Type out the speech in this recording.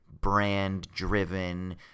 brand-driven